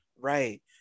Right